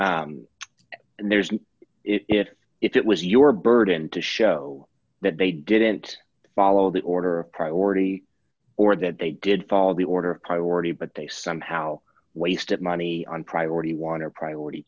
and there's no it it was your burden to show that they didn't follow that order priority or that they did follow the order of priority but they somehow wasted money on priority want a priority